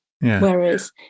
Whereas